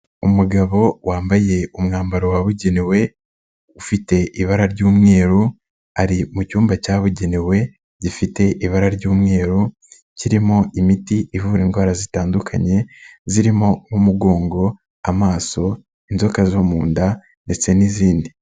Umugabo wambaye umwambaro wabugenewe ufite ibara ry'umweru ari mu cyumba cyabugenewe gifite ibara ry'umweru, kirimo imiti ivura indwara zitandukanye zirimo: umugongo, amaso, inzoka zo mu nda ndetse n'izindi.